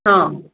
हां